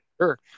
Sure